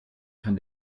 kann